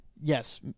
yes